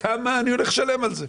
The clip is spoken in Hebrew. כמה אני הולך לשלם על זה?